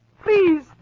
Please